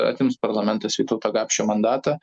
atims parlamentas vytauto gapšio mandatą